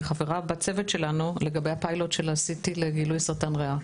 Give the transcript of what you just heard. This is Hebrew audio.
היא חברה בצוות שלנו לגבי הפיילוט של ה- CTלגילוי סרטן ריאה,